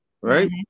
right